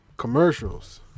commercials